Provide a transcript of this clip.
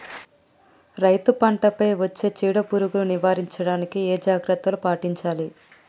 రైతులు పంట పై వచ్చే చీడ పురుగులు నివారించడానికి ఏ జాగ్రత్తలు పాటించాలి?